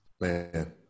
Man